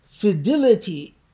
fidelity